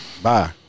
Bye